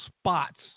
spots